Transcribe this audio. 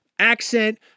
Accent